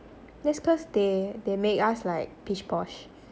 that's cause they they make us like pish-posh